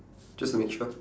just to make sure